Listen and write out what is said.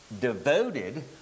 devoted